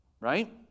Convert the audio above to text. right